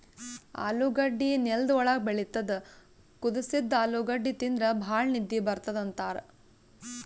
ಆಲೂಗಡ್ಡಿ ನೆಲ್ದ್ ಒಳ್ಗ್ ಬೆಳಿತದ್ ಕುದಸಿದ್ದ್ ಆಲೂಗಡ್ಡಿ ತಿಂದ್ರ್ ಭಾಳ್ ನಿದ್ದಿ ಬರ್ತದ್ ಅಂತಾರ್